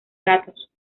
gatos